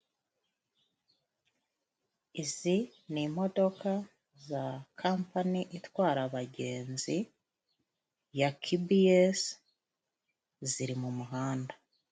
Izi ni imodoka za kampani, itwara abagenzi ya kibiesi, ziri mu muhanda.